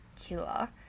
killer